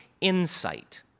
insight